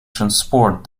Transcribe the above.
transport